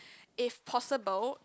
if possible